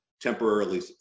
temporarily